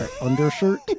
undershirt